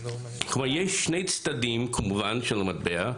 כלומר, יש שני צדדים של המטבע.